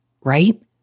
right